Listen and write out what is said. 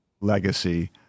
legacy